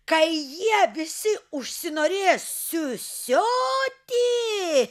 kai jie visi užsinorės siusioti